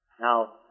Now